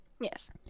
Yes